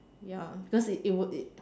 ya cause it it was it